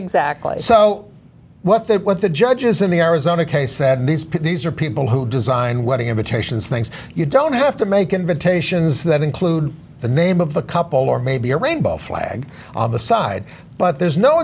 exactly so what they what the judges in the arizona case said these are people who design wedding invitations things you don't have to make invitations that include the name of the couple or maybe a rainbow flag on the side but there's no